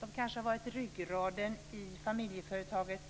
De har kanske varit ryggraden i familjeföretaget